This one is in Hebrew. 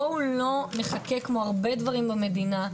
בואו לא נחכה כמו הרבה דברים במדינה,